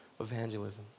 evangelism